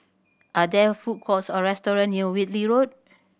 are there food courts or restaurant near Whitley Road